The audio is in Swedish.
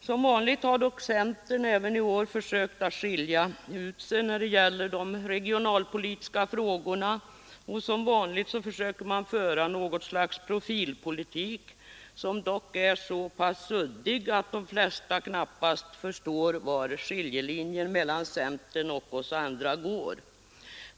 Som vanligt har dock centern även i år försökt att skilja ut sig när det gäller de regionalpolitiska frågorna, och som vanligt försöker man föra något slags profilpolitik, som emellertid är så pass suddig att de flesta knappast förstår var skiljelinjen mellan centern och oss andra går.